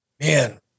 man